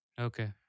Okay